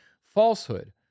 falsehood